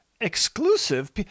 Exclusive